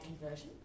conversion